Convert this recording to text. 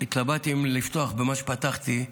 התלבטתי אם לפתוח במה שפתחתי.